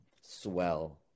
swell